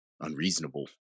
unreasonable